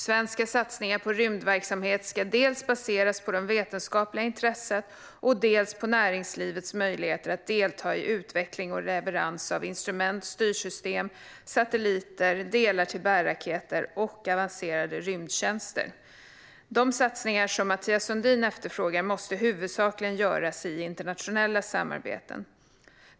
Svenska satsningar på rymdverksamhet ska dels baseras på det vetenskapliga intresset, dels på näringslivets möjligheter att delta i utveckling och leverans av instrument, styrsystem, satelliter, delar till bärraketer och avancerade rymdtjänster. De satsningar som Mathias Sundin efterfrågar måste huvudsakligen göras i internationella samarbeten.